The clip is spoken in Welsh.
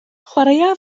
chwaraea